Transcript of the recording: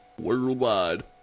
Worldwide